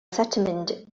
settlement